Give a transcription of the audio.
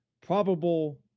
probable